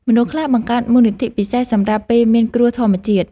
មនុស្សខ្លះបង្កើតមូលនិធិពិសេសសម្រាប់ពេលមានគ្រោះធម្មជាតិ។